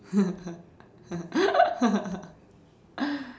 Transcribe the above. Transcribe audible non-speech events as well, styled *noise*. *laughs*